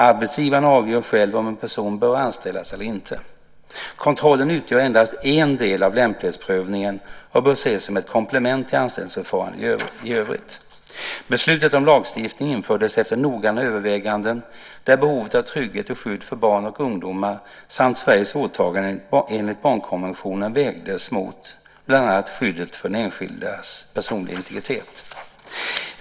Arbetsgivaren avgör själv om en person bör anställas eller inte. Kontrollen utgör endast en del av lämplighetsprövningen och bör ses som ett komplement till anställningsförfarandet i övrigt. Beslutet om lagstiftning infördes efter noggranna överväganden där behovet av trygghet och skydd för barn och ungdomar samt Sveriges åtaganden enligt barnkonventionen vägdes mot bland annat skyddet för den enskildas personliga integritet.